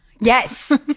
Yes